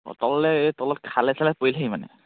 অঁ তললৈ এই তলত খালে চালে পৰি থাকি মানে